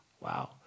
Wow